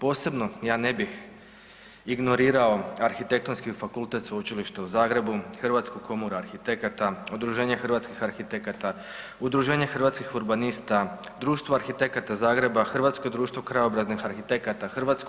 Posebno ja ne bih ignorirao Arhitektonski fakultet Sveučilišta u Zagrebu, Hrvatsku komoru arhitekata, Udruženje hrvatskih arhitekata, Udruženje hrvatskih urbanista, Društvo arhitekata Zagreba, Hrvatsko društvo krajobraznih arhitekata, HOK